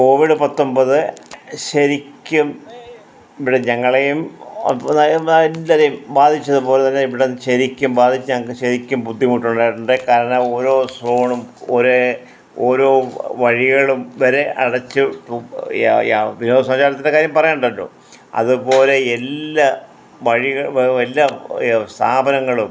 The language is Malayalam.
കോവിഡ് പത്തൊൻപത് ശരിക്കും ഇവിടെ ഞങ്ങളെയും ഒപ്പം എല്ലാവരെയും ബാധിച്ചത് പോലെ തന്നെ ഇവിടെ ശരിക്കും ബാധിച്ച് ഞങ്ങൾക്ക് ശരിക്കും ബുദ്ധിമുട്ട് ഉണ്ടായിട്ടുണ്ട് കാരണം ഓരോ സോണും ഒരേ ഓരോ വഴികളും വരെ അടച്ച് യ യ വിനോദ സഞ്ചാരത്തിൻ്റെ കാര്യം പറയണ്ടല്ലോ അതുപോലെ എല്ലാ വഴികളും എല്ലാ സ്ഥാപനങ്ങളും